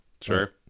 Sure